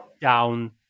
down